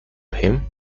him